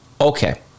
okay